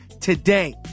today